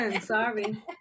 sorry